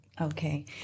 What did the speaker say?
Okay